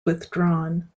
withdrawn